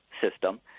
system